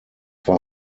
war